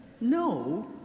No